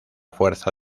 fuerza